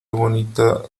bonita